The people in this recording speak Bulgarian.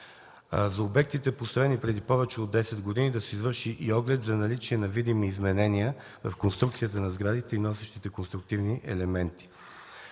За обектите, построени преди повече от 10 години, да се извърши и оглед за наличие на видими изменения в конструкцията на сградите и носещите конструктивни елементи.